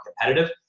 competitive